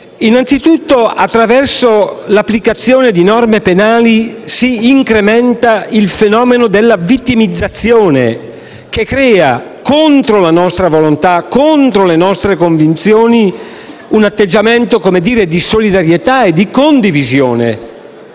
ragione è che attraverso l'applicazione di norme penali si incrementa il fenomeno della vittimizzazione, che crea, contro la nostra volontà e le nostre convinzioni, un atteggiamento di solidarietà e condivisione.